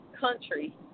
country